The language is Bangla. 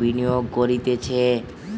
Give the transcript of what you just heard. বিনিয়োগ করতিছে